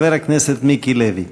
חבר הכנסת מיקי לוי.